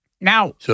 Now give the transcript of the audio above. Now